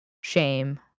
shame